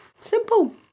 Simple